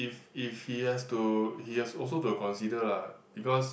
if if he has to he has also to consider lah because